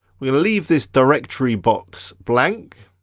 we'll leave this directory box blank.